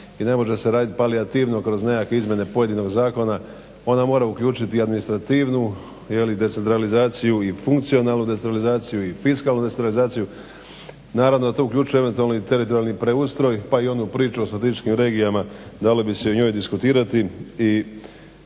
i ne može se radit palijativno kroz nekakve izmjene pojedinog zakona. Ona mora uključiti administrativnu decentralizaciju i funkcionalnu decentralizaciju i fiskalnu decentralizaciju. Naravno da to uključuje eventualno i teritorijalni preustroj pa i onu priču o statističkim regijama, dalo bi se i o njoj diskutirati.